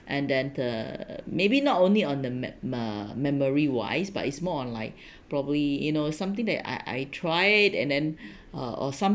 and then uh maybe not only on the mem~ ma~ memory wise but it's more on like probably you know something that I I tried it and then uh or